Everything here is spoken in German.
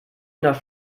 nach